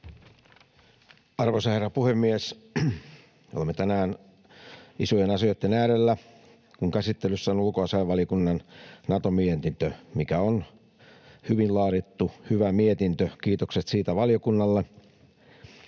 Arvoisa herra puhemies! Me olemme tänään isojen asioitten äärellä, kun käsittelyssä on ulkoasiainvaliokunnan Nato-mietintö, mikä on hyvin laadittu, hyvä mietintö — kiitokset siitä valiokunnalle.